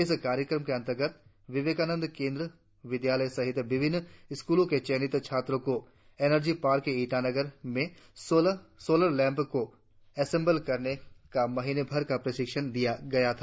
इस कार्यक्रम के अंतर्गत विवेकानंद केंद्र विद्यालय सहित विभिन्न स्कूलों के चयनित छात्रों को एनार्जी पार्क ईटानगर में सोलर लैंप को एसेंबल करने का महीनेभर का प्रशिक्षण दिया गया था